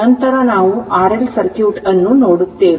ನಂತರ ನಾವು R L circuit ಅನ್ನು ನೋಡುತ್ತೇವೆ